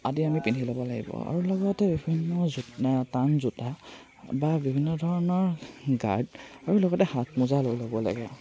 আদি আমি পিন্ধি ল'ব লাগিব আৰু লগতে বিভিন্ন জো টান জোতা বা বিভিন্ন ধৰণৰ গাৰ্ড আৰু লগতে হাত মোজা লৈ ল'ব লাগে